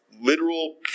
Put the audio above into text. literal